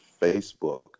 Facebook